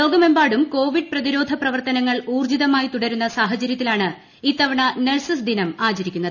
ലോകമെമ്പാടും കോവിഡ് പ്രതിരോധ പ്രവർത്തനങ്ങൾ ഊർജ്ജിതമായി തുടരുന്ന സാഹചര്യത്തിലാണ് ഇത്തവണ നെഴ്സസ് ദിനം ആചരിക്കുന്നത്